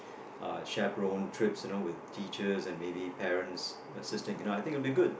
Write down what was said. uh chaperon trips you know with teachers and maybe parents sisters you know I think it would be good